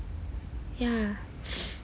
yeah